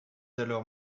alors